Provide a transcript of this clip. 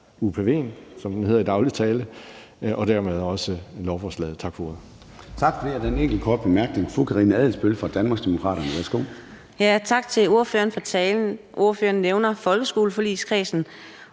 UPV'en, som den hedder i daglig tale, og dermed også lovforslaget. Tak for ordet.